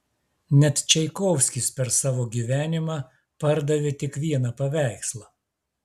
net čaikovskis per savo gyvenimą pardavė tik vieną paveikslą